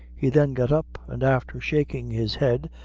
he then got up, and after shaking his head,